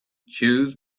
choose